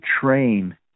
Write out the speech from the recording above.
train